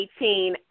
2018